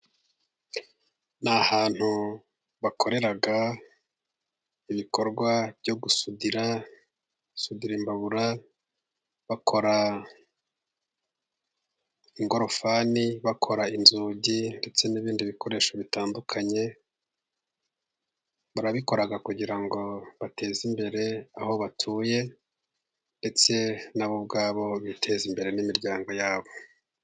Ni ahantu bakorera ibikorwa byo gusudira, basudira, imbabura ,bakora ingorofani bakora, inzugi ndetse n'ibindi bikoresho bitandukanye barabikora kugira ngo bateze imbere aho batuye ,ndetse nabo ubwabo biteze imbere n'imiryango yabo.